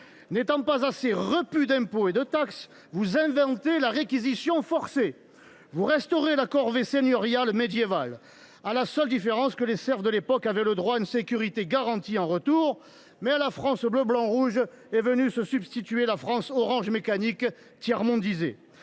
N’étant pas assez repus d’impôts et de taxes, vous inventez la réquisition forcée ! Vous restaurez la corvée seigneuriale médiévale, à la seule différence que les serfs de l’époque avaient droit à une sécurité garantie en retour. Toutefois, à la France bleu blanc rouge est venue se substituer la France tiers mondialisée.